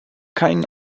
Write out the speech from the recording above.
kein